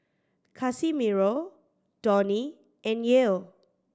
Casimiro Donny and Yael